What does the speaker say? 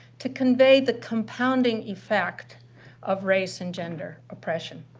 to convey the compounding effect of race and gender oppression.